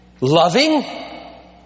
loving